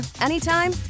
anytime